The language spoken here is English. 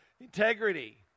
integrity